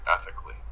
ethically